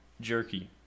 jerky